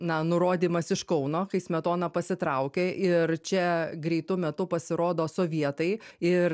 na nurodymas iš kauno kai smetona pasitraukė ir čia greitu metu pasirodo sovietai ir